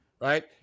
right